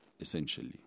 Essentially